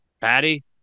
Patty